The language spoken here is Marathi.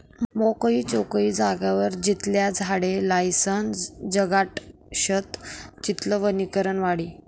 मोकयी चोकयी जागावर जितला झाडे लायीसन जगाडश्यात तितलं वनीकरण वाढी